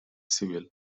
civil